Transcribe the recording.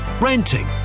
renting